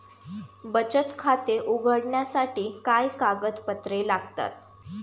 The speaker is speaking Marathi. बचत खाते उघडण्यासाठी काय कागदपत्रे लागतात?